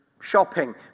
shopping